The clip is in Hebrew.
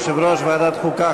יושב-ראש ועדת החוקה,